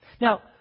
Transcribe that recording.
Now